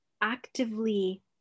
actively